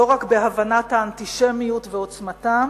לא רק בהבנת האנטישמיות ועוצמתה,